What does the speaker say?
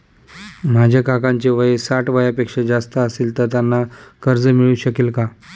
माझ्या काकांचे वय साठ वर्षांपेक्षा जास्त असेल तर त्यांना कर्ज मिळू शकेल का?